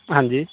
ਹਾਂਜੀ